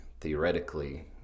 theoretically